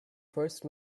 first